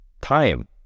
time